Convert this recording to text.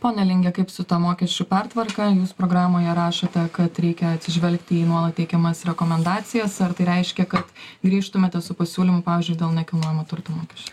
pone linge kaip su ta mokesčių pertvarka jūs programoje rašote kad reikia atsižvelgti į nuolat teikiamas rekomendacijas ar tai reiškia kad grįžtumėte su pasiūlymu pavyzdžiui dėl nekilnojamo turto mokesčio